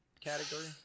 category